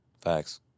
Facts